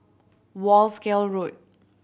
Wolskel Road